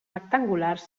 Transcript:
rectangulars